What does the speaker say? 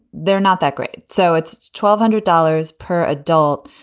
they're not that great. so it's twelve hundred dollars per adult,